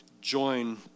join